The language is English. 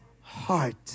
heart